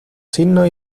signos